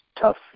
tough